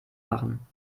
machen